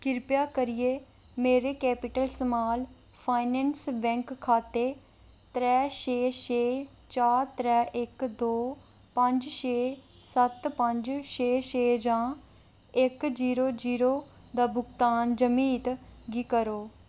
किरपा करियै मेरे कैपिटल स्माल फाइनैंस बैंक खाते त्रै छे छे चार त्रै इक दो पंज छे सत्त पंज छे छे जां इक जीरो जीरो दा भुगतान जमीत गी करो